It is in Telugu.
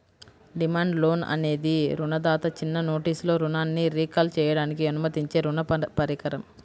డిమాండ్ లోన్ అనేది రుణదాత చిన్న నోటీసులో రుణాన్ని రీకాల్ చేయడానికి అనుమతించే రుణ పరికరం